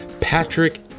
Patrick